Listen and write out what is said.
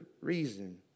reason